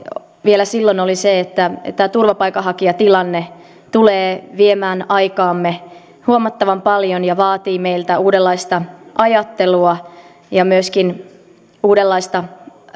vielä silloin oli se että tämä turvapaikanhakijatilanne tulee viemään aikaamme huomattavan paljon ja vaatii meiltä uudenlaista ajattelua ja myöskin uudenlaista